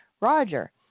Roger